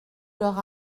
leur